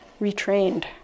retrained